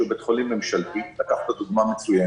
שהוא בית חולים ממשלתי לקחת דוגמה מצוינת